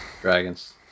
Dragons